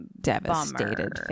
Devastated